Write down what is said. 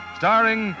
starring